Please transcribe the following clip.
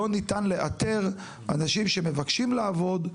לא ניתן לאתר אנשים שמבקשים לעבוד.